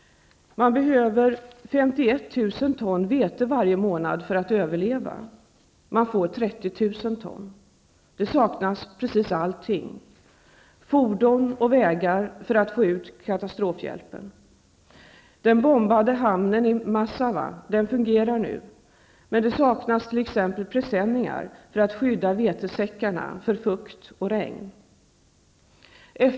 Man behöver 51 000 ton vete varje månad för att överleva. Man får 30 000 ton. Precis allting saknas, bl.a. fordon och vägar för att få ut katastrofhjälpen. Nu fungerar åter den bombade hamnen i Massawa, men det saknas t.ex. presenningar för att skydda vetesäckarna för fukt och regn.